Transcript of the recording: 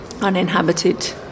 uninhabited